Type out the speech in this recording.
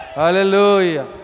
Hallelujah